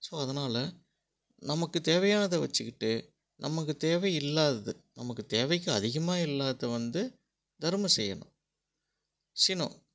so அதனால நமக்கு தேவையானத வச்சுக்கிட்டு நமக்கு தேவை இல்லாதது நமக்கு தேவைக்கு அதிகமாக இல்லாததை வந்து தரும செய்யணும் சினம்